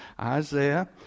Isaiah